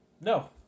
no